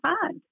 find